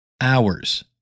hours